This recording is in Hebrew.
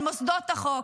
על מוסדות החוק,